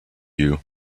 you